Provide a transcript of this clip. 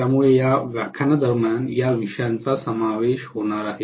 त्यामुळे या व्याख्यानादरम्यान या विषयांचा समावेश होणार आहे